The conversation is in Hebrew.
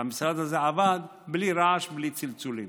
והמשרד הזה עבד בלי רעש ובלי צלצולים.